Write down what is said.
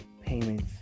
payments